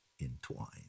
entwined